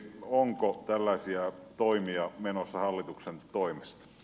onko tällaisia toimia menossa hallituksen toimesta